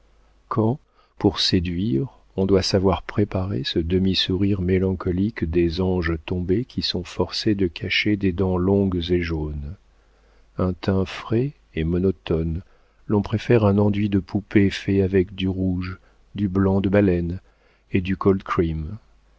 quand pour séduire on doit savoir préparer ce demi-sourire mélancolique des anges tombés qui sont forcés de cacher des dents longues et jaunes un teint frais est monotone l'on préfère un enduit de poupée fait avec du rouge du blanc de baleine et du cold